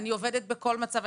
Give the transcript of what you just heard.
אני עובדת בכל מצב.